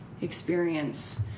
experience